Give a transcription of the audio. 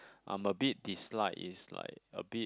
I'm a bit dislike is like a bit